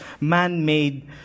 man-made